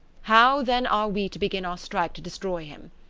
how then are we to begin our strike to destroy him?